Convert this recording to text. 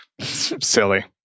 Silly